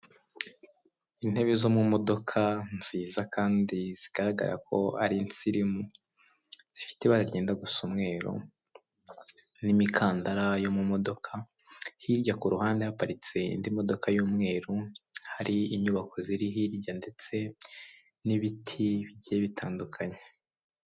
Intebe zo mu modoka nziza kandi zigaragara ko ari insirimu, zifite ibara ryenda gusa umweru n'imikandara yo mu modoka, hirya ku ruhande haparitse indi modoka y'umweru, hari inyubako ziri hirya ndetse n'ibiti bigiye bitandukanye.